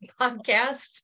podcast